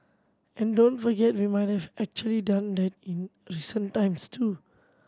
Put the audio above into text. and don't forget we might have actually done that in recent times too